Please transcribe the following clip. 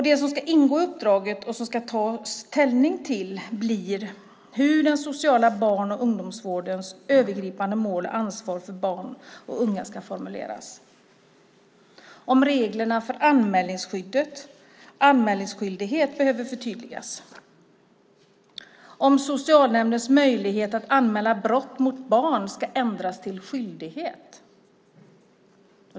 Det som ska ingå i uppdraget och som ska tas ställning till blir hur den sociala barn och ungdomsvårdens övergripande mål och ansvar för barn och unga ska formuleras, om reglerna för anmälningsskyldighet behöver förtydligas och om socialnämndens möjlighet att anmäla brott mot barn ska ändras till en skyldighet.